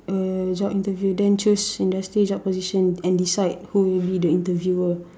a job interview then choose industry job position and decide who will be the interviewer